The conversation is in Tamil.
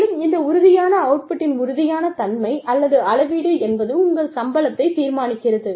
மேலும் இந்த உறுதியான அவுட்புட்டின் உறுதியான தன்மை அல்லது அளவீடு என்பது உங்கள் சம்பளத்தைத் தீர்மானிக்கிறது